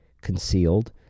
concealed